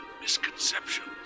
misconceptions